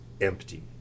empty